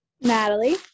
Natalie